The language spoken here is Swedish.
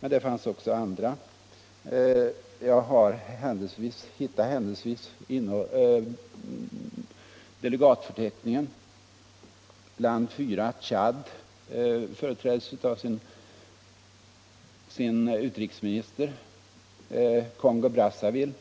Men det fanns också andra. Jag hittade nu händelsevis deltagarförteckningen i mina papper och kan nämna några. Tchad företräddes av sin utrikesminister. Kongo-Brazzaville